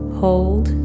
hold